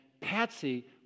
Patsy